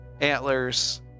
antlers